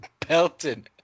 Pelton